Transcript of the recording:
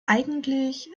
eigentlich